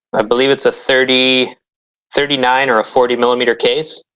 i believe it's a thirty thirty nine or a forty millimeter case.